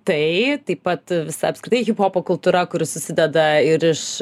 tai taip pat visa apskritai hiphopo kultūra kuri susideda ir iš